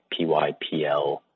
PYPL